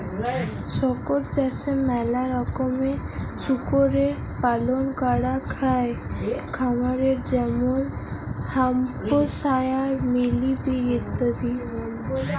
শুকর চাষে ম্যালা রকমের শুকরের পালল ক্যরাক হ্যয় খামারে যেমল হ্যাম্পশায়ার, মিলি পিগ ইত্যাদি